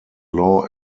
law